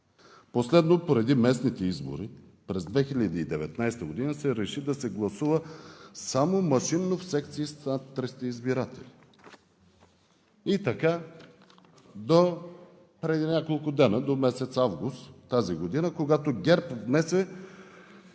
Последно преди местните избори през 2019 г. се реши да се гласува само машинно в секции с над 300 избиратели. И така допреди няколко дни, до месец август тази година, когато ГЕРБ внесе